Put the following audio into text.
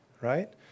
right